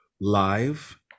live